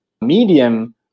medium